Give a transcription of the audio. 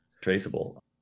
traceable